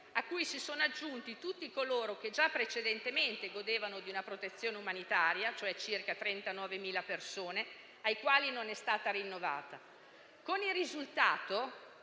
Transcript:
a cui si sono aggiunti tutti coloro che già precedentemente godevano di una protezione umanitaria, e cioè circa 39.000 persone, ai quali non è stata rinnovata. Quindi, oltre